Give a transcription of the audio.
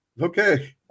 Okay